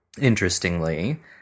interestingly